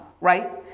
right